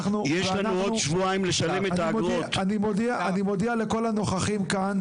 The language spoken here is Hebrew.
ואני מודיע לכל הנוכחים כאן.